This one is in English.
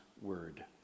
word